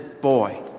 boy